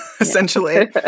essentially